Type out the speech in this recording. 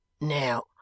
Now